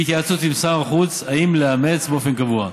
בהתייעצות עם שר החוץ, אם לאמצן באופן קבוע.